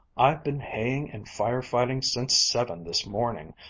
i've been haying and fire-fighting since seven this morning.